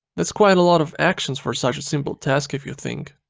that's quite a lot of actions for such a simple task if you think!